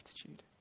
attitude